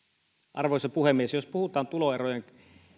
arvoisa puhemies jos puhutaan tuloerojen